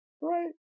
Right